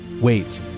wait